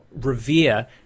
revere